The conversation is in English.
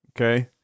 Okay